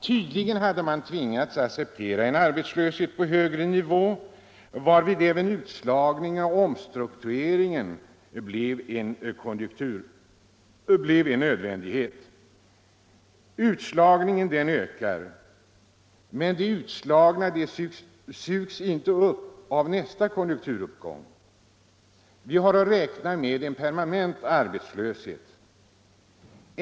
Tydligen hade man tvingats att acceptera en arbetslöshet på högre nivå, varvid även utslagningen och omstruktureringen blev en nödvändighet. Utslagningen ökar, men de utslagna sugs inte upp av nästa konjunkturuppgång. Vi har att räkna med en permanent arbetslöshet.